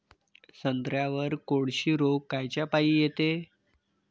संत्र्यावर कोळशी रोग कायच्यापाई येते?